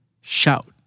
shout